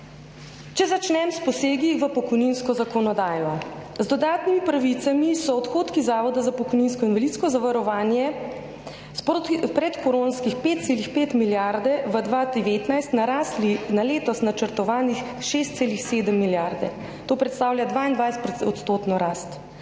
Če začnem s posegi v pokojninsko zakonodajo, z dodatnimi pravicami, so odhodki Zavoda za pokojninsko in invalidsko zavarovanje s predkoronskih 5,5 milijarde v 2019 narasli na letos načrtovanih 6,7 milijarde, to predstavlja 22 %,